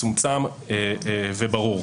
מצומצם וברור.